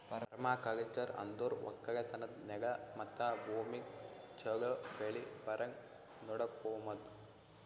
permaculture ಅಂದುರ್ ಒಕ್ಕಲತನದ್ ನೆಲ ಮತ್ತ ಭೂಮಿಗ್ ಛಲೋ ಬೆಳಿ ಬರಂಗ್ ನೊಡಕೋಮದ್